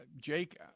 Jake